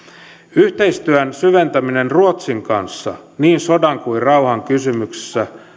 yhteistyön syventäminen ruotsin kanssa niin sodan kuin rauhan kysymyksissä